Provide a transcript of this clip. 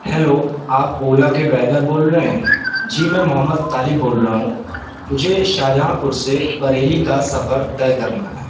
hello آپ اولا کے driver بول رہے ہیں جی میں محمد طالب بول رہا ہوں مجھے شاہجہاں پور سے بریلی کا سفر طے کرنا ہے